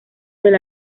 del